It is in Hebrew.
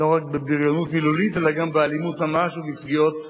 לא רק בבריונות מילולית אלא גם באלימות ממש ופגיעות